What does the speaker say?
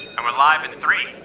and we're live in three,